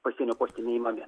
pasienio poste